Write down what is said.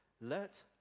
let